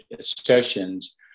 sessions